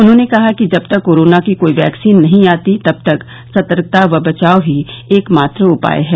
उन्होंने कहा कि जब तक कोरोना की कोई वैक्सीन नहीं आती तब तक सतर्कता व बचाव ही एकमात्र उपाय है